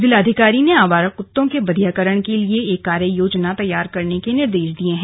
जिलाधिकारी ने आवारा कुत्तों के बधियाकरण के लिए भी एक कार्य योजना तैयार करने के निर्देश दिये हैं